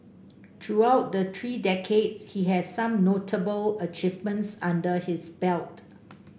throughout the three decades he has some notable achievements under his belt